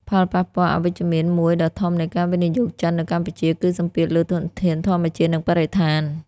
ផលប៉ះពាល់អវិជ្ជមានមួយដ៏ធំនៃការវិនិយោគចិននៅកម្ពុជា គឺសម្ពាធលើធនធានធម្មជាតិ និងបរិស្ថាន។